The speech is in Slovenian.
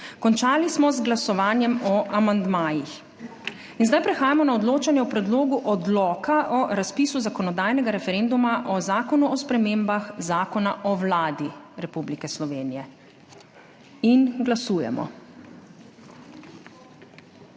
Končali smo z glasovanjem o amandmajih. Zdaj prehajamo na odločanje o Predlogu odloka o razpisu zakonodajnega referenduma o Zakonu o spremembah Zakona o Vladi Republike Slovenije. Glasujemo.